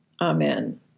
Amen